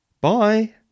Bye